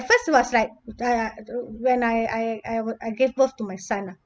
first was like I when I I I I gave birth to my son lah